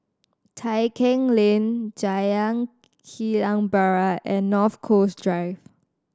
Tai Keng Lane Jalan Kilang Barat and North Coast Drive